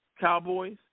Cowboys